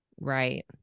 Right